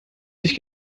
sich